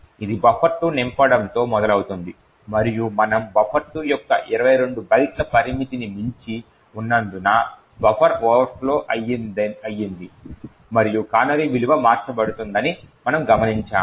ఇది బఫర్2 నింపడంతో మొదలవుతుంది మరియు మనము బఫర్2 యొక్క 22 బైట్ల పరిమితిని మించి ఉన్నందున బఫర్ ఓవర్ఫ్లో అయ్యింది మరియు కానరీ విలువ మార్చబడుతుందని మనము గమనించాము